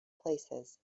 places